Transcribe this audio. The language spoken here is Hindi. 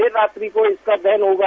देर रात्रि को इसका दहन होगा